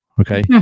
Okay